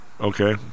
Okay